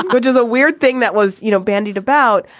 which is a weird thing that was you know bandied about?